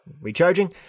Recharging